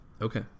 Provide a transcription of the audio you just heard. Okay